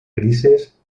grises